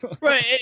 Right